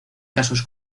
casos